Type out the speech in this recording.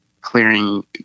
clearing